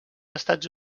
estats